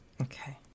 okay